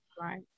Right